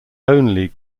only